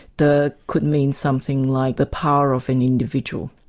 de could mean something like the power of an individual.